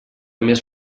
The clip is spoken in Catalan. més